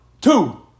Two